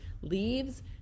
leaves